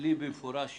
הבנו במפורש